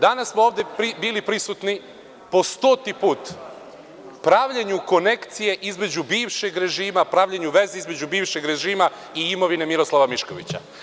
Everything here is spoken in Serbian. Danas smo ovde bili prisutni po stoti put pravljenju konekcije između bivšeg režima, pravljenju veze između bivšeg režima i imovine Miroslava Miškovića.